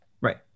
Right